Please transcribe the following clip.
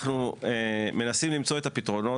אנחנו מנסים למצוא את הפתרונות.